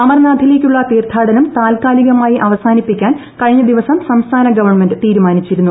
അമർനാഥിലേക്കുള്ള തീർത്ഥാടനം താൽക്കാലികമായി അവസാനിപ്പി ക്കാൻ കഴിഞ്ഞ ദിവസം സംസ്ഥാന ഗവൺമെന്റ് തീരുമാനിച്ചിരുന്നു